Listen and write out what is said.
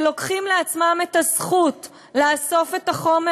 שלוקחים לעצמם את הזכות לאסוף את החומר